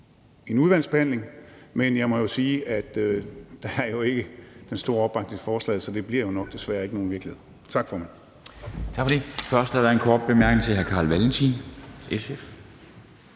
en udvalgsbehandling, men jeg må sige, at der jo ikke er den store opbakning til forslaget, så det bliver nok desværre ikke til virkelighed. Tak, formand.